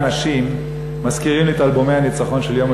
ואנשים מזכירים לי את אלבומי הניצחון של ששת הימים,